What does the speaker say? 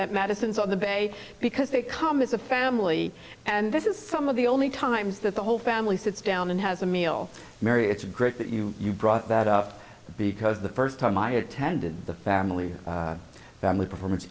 at madison's on the bay because they come as a family and this is some of the only times that the whole family sits down and has a meal mary it's great that you brought that up because the first time i attended the family family performance